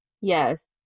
Yes